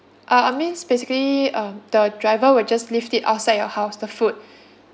uh I means basically uh the driver would just leave it outside your house the food